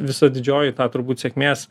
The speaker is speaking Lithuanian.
visa didžioji ta turbūt sėkmės